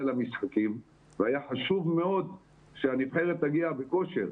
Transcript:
משחקים והיה חשוב מאוד שהנבחרת תגיע בכושר.